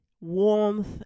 warmth